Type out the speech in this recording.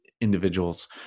individuals